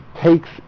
takes